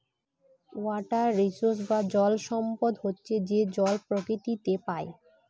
water resource বা জল সম্পদ হচ্ছে যে জল প্রকৃতিতে পাই